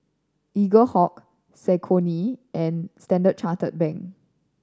Eaglehawk Saucony and Standard Chartered Bank